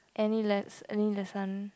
any les~ any lesson